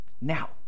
Now